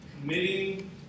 committing